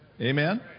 Amen